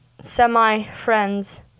semi-friends